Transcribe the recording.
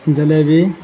jalebi